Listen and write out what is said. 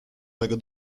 mego